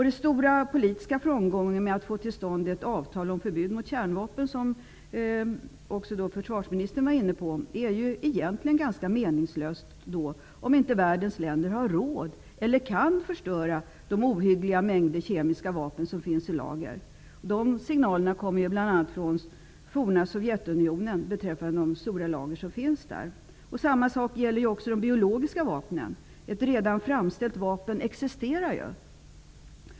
Den stora politiska framgången med att få till stånd ett avtal om förbud mot kärnvapen, försvarsministern var inne på den frågan, är egentligen ganska meningslös, om världens länder inte har råd eller inte kan förstöra den ohyggliga mängd kemiska vapen som finns i lager. Sådana signaler kommer ju bl.a. från det forna Sovjetunionen beträffande de stora lager som där finns. Samma sak gäller de biologiska vapnen. Ett redan framställt vapen existerar ju.